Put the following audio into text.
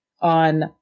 on